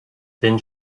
then